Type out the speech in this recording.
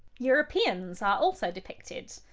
europeans are also depicted!